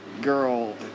girl